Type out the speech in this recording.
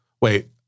Wait